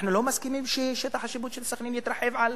אנחנו לא מסכימים ששטח השיפוט של סח'נין יתרחב,